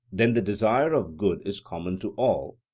then the desire of good is common to all,